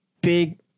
big